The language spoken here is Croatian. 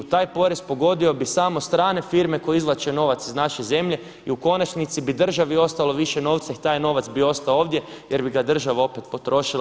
Taj porez pogodio bi samo strane firme koje izvlače novac iz naše zemlje i u konačnici bi državi ostalo više novca i taj novac bi ostao ovdje jer bi ga država opet potrošila.